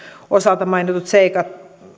osalta mainitut seikat